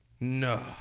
No